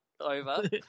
over